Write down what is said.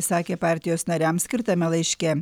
išsakė partijos nariams skirtame laiške